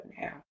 now